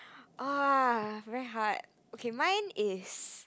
ah very hard okay mine is